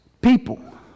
People